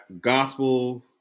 gospel